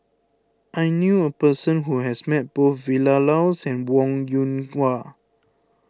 I knew a person who has met both Vilma Laus and Wong Yoon Wah